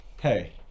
hey